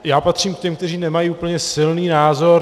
Já patřím k těm, kteří nemají úplně silný názor.